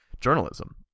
journalism